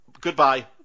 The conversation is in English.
Goodbye